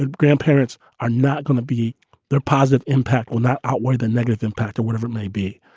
ah grandparents are not going to be their positive impact will not outweigh the negative impact of whatever it may be.